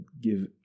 give